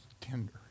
tender